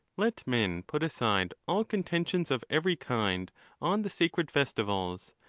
let men put aside all contentions of every kind on the sacred festivals,